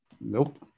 Nope